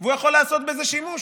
והוא יכול לעשות בזה שימוש.